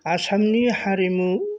आसामनि हारिमु